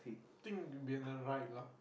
think would be in the right ya